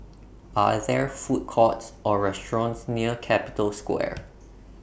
Are There Food Courts Or restaurants near Capital Square